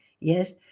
yes